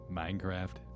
minecraft